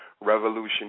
Revolution